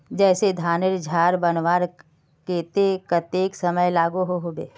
जैसे धानेर झार बनवार केते कतेक समय लागोहो होबे?